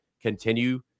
continue